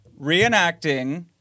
reenacting